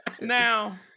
Now